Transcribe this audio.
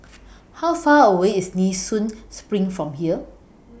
How Far away IS Nee Soon SPRING from here